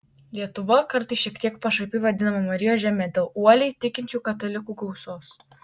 lietuva kartais šiek tiek pašaipiai vadinama marijos žeme dėl uoliai tikinčių katalikų gausos